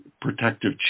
protective